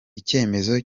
icyemezo